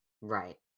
Right